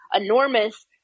enormous